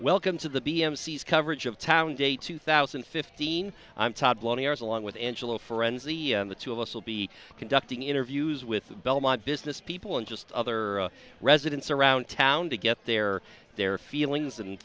welcome to the b mc's coverage of town day two thousand and fifteen i'm todd lonnie arse along with angelo frenzy and the two of us will be conducting interviews with belmont businesspeople in just other residents around town to get there their feelings and